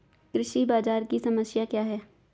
कृषि बाजार की समस्या क्या है?